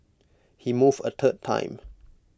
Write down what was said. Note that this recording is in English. he moved A third time